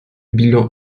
bilan